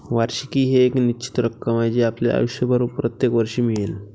वार्षिकी ही एक निश्चित रक्कम आहे जी आपल्याला आयुष्यभर प्रत्येक वर्षी मिळेल